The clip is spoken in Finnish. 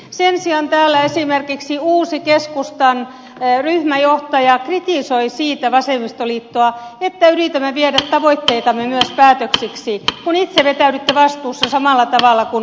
sen sijaan täällä esimerkiksi uusi keskustan ryhmäjohtaja kritisoi siitä vasemmistoliittoa että yritämme viedä tavoitteitamme myös päätöksiksi kun itse vetäydytte vastuusta samalla tavalla kuin perussuomalaisten soini